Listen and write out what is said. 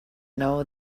know